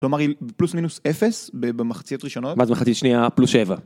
כלומר היא פלוס מינוס אפס במחציות ראשונות? ואז מחצית שנייה פלוס שבע.